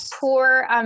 poor